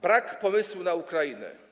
Brakuje pomysłu na Ukrainę.